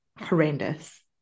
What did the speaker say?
horrendous